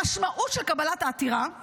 המשמעות של קבלת העתירה היא